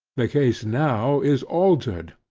the case now is altered,